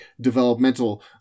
developmental